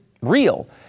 real